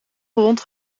gewond